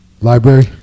Library